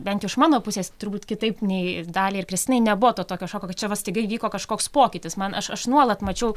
bent iš mano pusės turbūt kitaip nei daliai ir kristinai nebuvo to tokio šoko kad čia va staiga įvyko kažkoks pokytis man aš aš nuolat mačiau